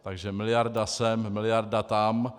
Takže miliarda sem, miliarda tam.